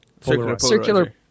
Circular